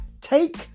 take